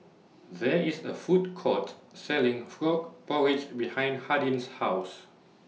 There IS A Food Court Selling Frog Porridge behind Hardin's House